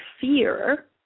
fear